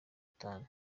itanu